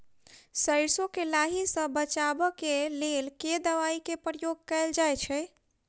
सैरसो केँ लाही सऽ बचाब केँ लेल केँ दवाई केँ प्रयोग कैल जाएँ छैय?